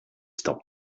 stop